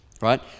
right